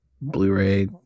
Blu-ray